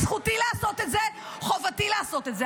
זכותי לעשות את זה, חובתי לעשות את זה.